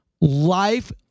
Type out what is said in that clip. life